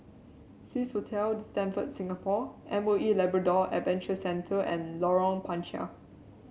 Swissotel The Stamford Singapore M O E Labrador Adventure Centre and Lorong Panchar